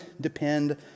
depend